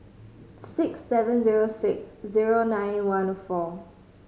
six seven zero six zero nine one four